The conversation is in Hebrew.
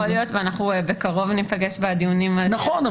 יכול להיות ואנחנו בקרוב ניפגש בדיונים --- נכון.